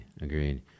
agreed